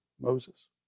Moses